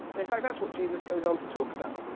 and in fact, that's what jesus goes on to talk about.